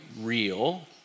real